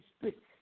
speak